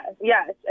yes